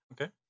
okay